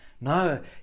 No